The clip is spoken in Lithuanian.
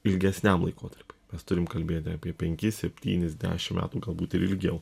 ilgesniam laikotarpiui mes turim kalbėti apie penkis septynis dešim metų galbūt ir ilgiau